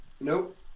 Nope